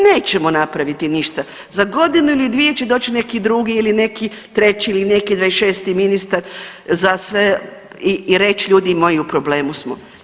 Nećemo napraviti ništa, za godinu ili dvije će doći neki drugi ili neki treći ili neki 26 ministar za sve i reći ljudi moji u problemu smo.